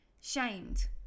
shamed